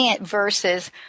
versus